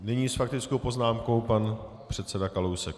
Nyní s faktickou poznámkou pan předseda Kalousek.